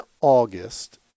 August